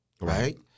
right